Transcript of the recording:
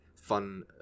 fun